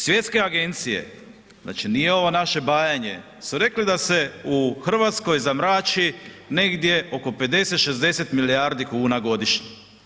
Svjetske agencije, znači nije ovo naše bajanje, su rekli da se u RH zamrači negdje oko 50-60 milijardi kuna godišnje.